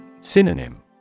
Synonym